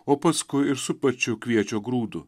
o paskui ir su pačiu kviečio grūdu